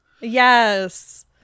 yes